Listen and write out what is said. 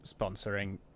sponsoring